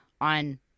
on